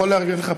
תודה לך.